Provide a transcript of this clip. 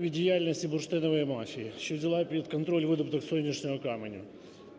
від діяльності бурштинової мафії, що взяла під контроль видобуток сонячного каменю.